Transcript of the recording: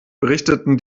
berichteten